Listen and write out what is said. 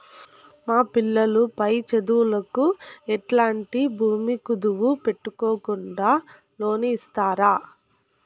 మా పిల్లలు పై చదువులకు ఎట్లాంటి భూమి కుదువు పెట్టుకోకుండా లోను ఇస్తారా